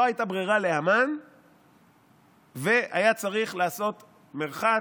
לא הייתה ברירה להמן והיה צריך לעשות מרחץ,